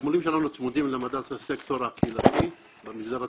התגמולים שלנו צמודים למדד הסקטור הקהילתי במגזר הציבורי.